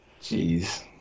Jeez